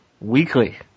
Weekly